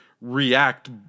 react